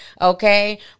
okay